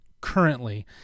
currently